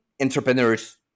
entrepreneurs